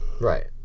Right